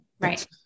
Right